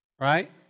right